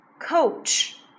Coach